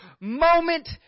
moment